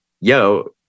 Yo